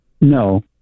No